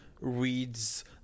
reads